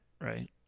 right